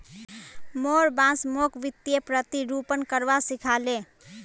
मोर बॉस मोक वित्तीय प्रतिरूपण करवा सिखा ले